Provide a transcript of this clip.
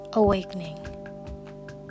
Awakening